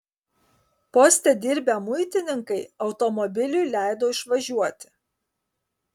poste dirbę muitininkai automobiliui leido išvažiuoti